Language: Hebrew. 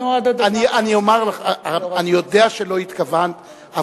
אני יודע שלא התכוונת,